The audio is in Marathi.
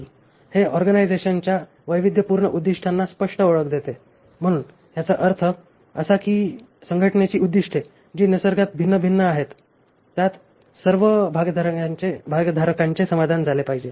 हे ऑर्गनायझेशनच्या वैविध्यपूर्ण उद्दिष्टांना स्पष्ट ओळख देते म्हणून याचा अर्थ असा आहे की संघटनेची उद्दीष्टे जी निसर्गात भिन्न आहेत त्यात सर्व भागधारकांचे समाधान झाले पाहिजे